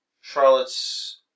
Charlotte's